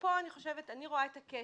פה אני רואה את הקשר,